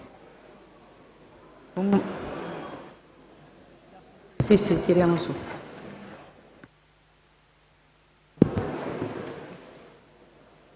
Grazie